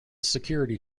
security